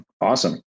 Awesome